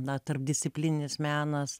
na tarpdisciplinis menas